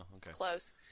close